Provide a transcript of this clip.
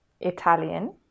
Italian